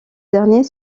dernier